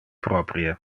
proprie